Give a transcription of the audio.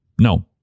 No